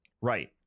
Right